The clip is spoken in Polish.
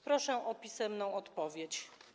Proszę o pisemną odpowiedź.